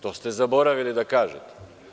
To ste zaboravili da kažete.